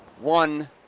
One